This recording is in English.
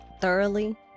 thoroughly